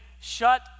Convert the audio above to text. shut